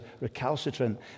recalcitrant